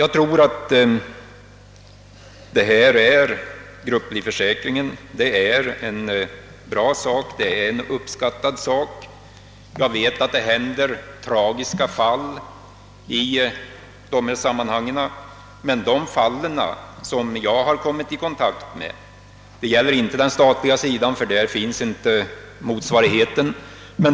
Grupplivförsäkringen är en god och uppskattad sak. Jag vet att det inträffar tragiska fall i dessa sammanhang, men de fall som jag kommit i kontakt med gäller inte den statliga sidan, ty där finns inte motsvarigheten.